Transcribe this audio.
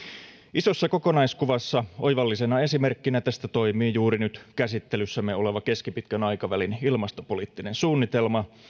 isossa kokonaiskuvassa oivallisena esimerkkinä tästä toimii juuri nyt käsittelyssämme oleva keskipitkän aikavälin ilmastopoliittinen suunnitelma